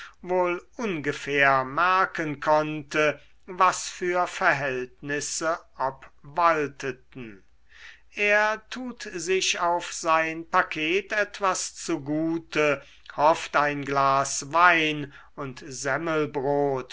wohl ungefähr merken konnte was für verhältnisse obwalteten er tut sich auf sein paket etwas zugute hofft ein glas wein und